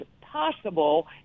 possible